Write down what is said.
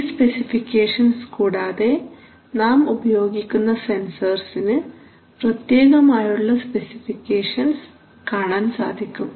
ഈ സ്പെസിഫിക്കേഷസ് കൂടാതെ നാം ഉപയോഗിക്കുന്ന സെൻസർസിന് പ്രത്യേകമായുള്ള സ്പെസിഫിക്കേഷൻസ് കാണാൻ സാധിക്കും